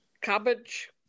cabbage